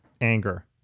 anger